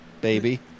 baby